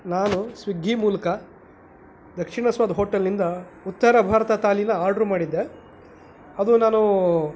ನಾನು ಸ್ವಿಗ್ಗಿ ಮೂಲಕ ದಕ್ಷಿಣ ಸ್ವಾದ್ ಹೋಟೆಲ್ನಿಂದ ಉತ್ತರ ಭಾರತ ಥಾಲೀನ ಆರ್ಡ್ರು ಮಾಡಿದ್ದೆ ಅದು ನಾನು